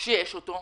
שבאמת יש אותו.